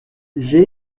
j’ai